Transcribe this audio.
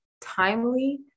Timely